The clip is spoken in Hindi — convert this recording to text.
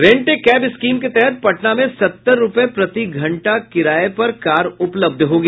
रेंट ए कैब स्कीम के तहत पटना में सत्तर रूपये प्रति घंटे किराये पर कार उपलब्ध होगी